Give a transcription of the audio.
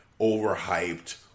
overhyped